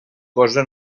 cosa